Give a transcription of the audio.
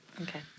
Okay